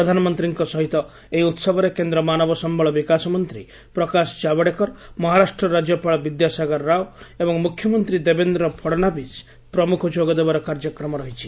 ପ୍ରଧାନମନ୍ତ୍ରୀଙ୍କ ସହିତ ଏହି ଉତ୍ସବରେ କେନ୍ଦ୍ର ମାନବ ସମ୍ଭଳ ବିକାଶ ମନ୍ତ୍ରୀ ପ୍ରକାଶ ଜାଓ୍ୱଡେକର ମହାରାଷ୍ଟ୍ର ରାଜ୍ୟପାଳ ବିଦ୍ୟାସାଗର ରାଓ ଏବଂ ମୁଖ୍ୟମନ୍ତ୍ରୀ ଦେବେନ୍ଦ୍ର ଫଡ୍ନାବିସ୍ ପ୍ରମୁଖ ଯୋଗଦେବାର କାର୍ଯ୍ୟକ୍ରମ ରହିଛି